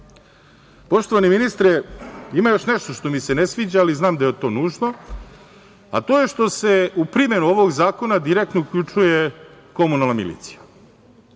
načine. Poštovani ministre, ima još nešto što mi se ne sviđa, ali znam da je to nužno, a to je što se u primenu ovog zakona direktno uključuje komunalna milicija.